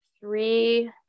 three